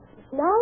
Now